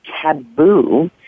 taboo